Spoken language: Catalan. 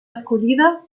escollida